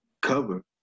cover